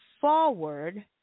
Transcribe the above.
forward